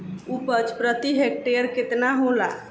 उपज प्रति हेक्टेयर केतना होला?